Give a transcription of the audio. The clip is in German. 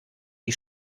die